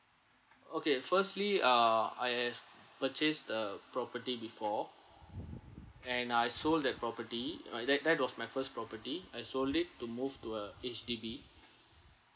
okay firstly uh I purchased a property before and I sold that property uh that that was my first property I sold it to move to a H_D_B